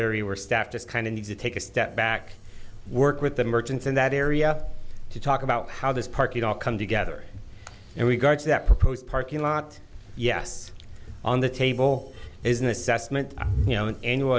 area where staff just kind of need to take a step back work with the merchants in that area to talk about how this park it all come together and we got to that proposed parking lot yes on the table is an assessment you know an annual